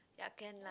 ya can lah